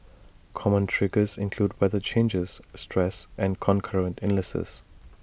common triggers include weather changes stress and concurrent illnesses